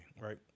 right